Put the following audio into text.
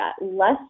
less